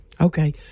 Okay